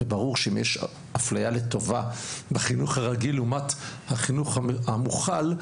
ברור שאם יש אפליה לטובת החינוך הרגיל לעומת החינוך המוכל,